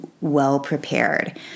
well-prepared